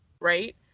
right